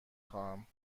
خواهم